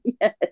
yes